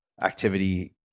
activity